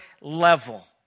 level